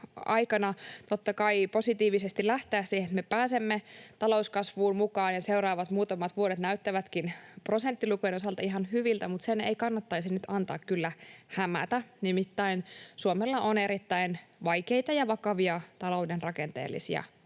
aikana, totta kai, positiivisesti lähteä siihen, että me pääsemme talouskasvuun mukaan, ja seuraavat muutamat vuodet näyttävätkin prosenttilukujen osalta ihan hyviltä, mutta sen ei kannattaisi nyt kyllä antaa hämätä, nimittäin Suomella on erittäin vaikeita ja vakavia talouden rakenteellisia